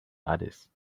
others